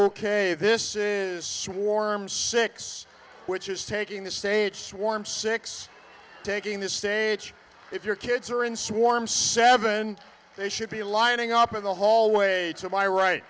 ok this is swarm six which is taking the stage swarm six taking the stage if your kids are in swarm seven they should be lining up in the hallway to my right